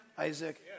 Isaac